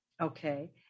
Okay